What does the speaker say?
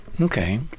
Okay